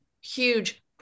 huge